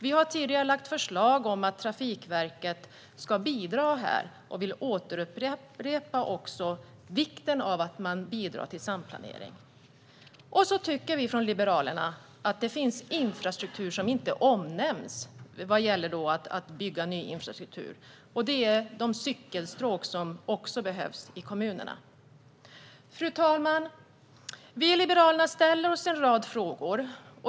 Vi har tidigare lagt förslag om att Trafikverket ska bidra här, och vi vill återupprepa att det är viktigt att man bidrar till samplanering. Vad gäller att bygga ny infrastruktur tycker vi i Liberalerna även att det finns viktig infrastruktur som inte omnämns, nämligen de cykelstråk som behövs i kommunerna. Fru talman! Vi i Liberalerna har en rad frågor.